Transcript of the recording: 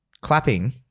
clapping